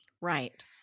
right